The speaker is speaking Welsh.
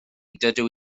dydw